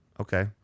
okay